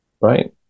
right